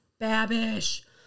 Babish